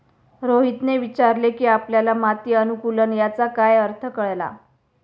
रोहितने विचारले की आपल्याला माती अनुकुलन याचा काय अर्थ कळला?